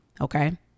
Okay